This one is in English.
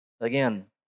Again